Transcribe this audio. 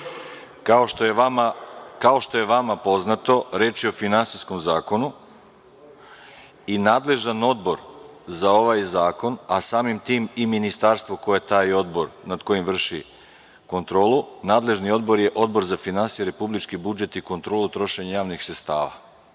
što je vama poznato reč je o finansijskom zakonu i nadležan Odbor za ovaj zakon, a samim tim i Ministarstvo, nad kojim taj odbor vrši kontrolu, je Odbor za finansije, republički budžet i kontrolu trošenja javnih sredstava.